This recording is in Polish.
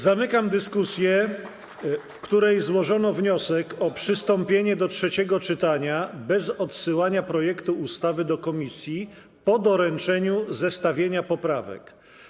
Zamykam dyskusję, w której złożono wniosek o przystąpienie do trzeciego czytania bez odsyłania projektu ustawy do komisji po doręczeniu zestawienia poprawek.